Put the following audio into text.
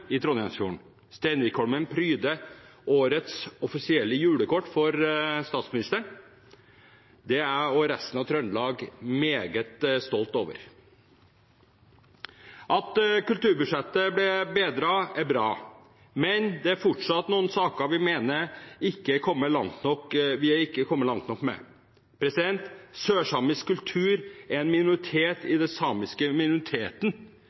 i Trondheimsfjorden. Steinvikholmen pryder årets offisielle julekort fra statsministeren. Det er jeg og resten av Trøndelag meget stolt over. At kulturbudsjettet ble bedret, er bra. Men det er fortsatt noen saker vi mener vi ikke er kommet langt nok med. Sørsamisk kultur er en minoritet i den samiske minoriteten